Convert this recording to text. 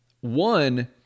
One